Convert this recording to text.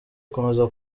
gukomeza